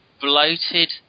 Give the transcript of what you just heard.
bloated